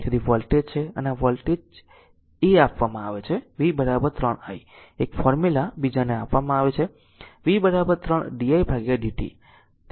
તેથી વોલ્ટેજ છે અને વોલ્ટેજ છે a આપવામાં આવે છે v 3 i એક ફોર્મુલા બીજાને આપવામાં આવે છે v 3 di ભાગ્યા dt